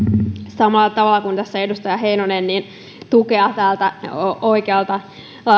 samalla tavalla kuin tässä edustaja heinonen tukea täältä oikealta